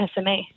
SMA